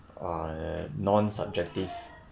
uh non-subjective